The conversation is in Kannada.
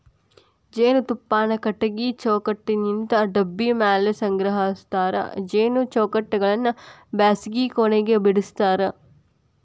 ಜೇನುತುಪ್ಪಾನ ಕಟಗಿ ಚೌಕಟ್ಟನಿಂತ ಡಬ್ಬಿ ಮ್ಯಾಲೆ ಸಂಗ್ರಹಸ್ತಾರ ಜೇನು ಚೌಕಟ್ಟಗಳನ್ನ ಬ್ಯಾಸಗಿ ಕೊನೆಗ ಬಿಡಸ್ತಾರ